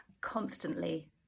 constantly